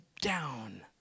down